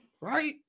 right